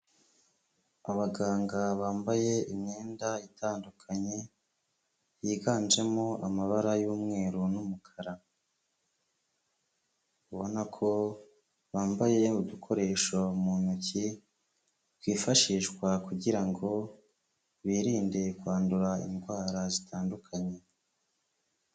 Abaganga bambaye imyenda itandukanye, yiganjemo amabara y'umweru n'umukara. Ubona ko bambaye udukoresho mu ntoki, twifashishwa kugira ngo birinde kwandura indwara zitandukanye.